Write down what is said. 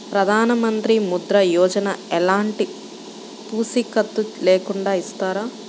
ప్రధానమంత్రి ముద్ర యోజన ఎలాంటి పూసికత్తు లేకుండా ఇస్తారా?